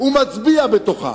ומצביע בתוכה.